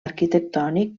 arquitectònic